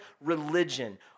religion